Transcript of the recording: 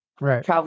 right